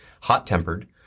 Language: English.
hot-tempered